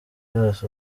yose